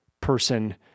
person